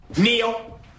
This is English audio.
Neil